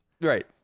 Right